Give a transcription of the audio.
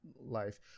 life